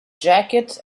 jacket